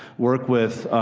work with